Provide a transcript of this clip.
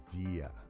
idea